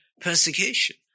persecution